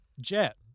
Jet